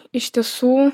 iš tiesų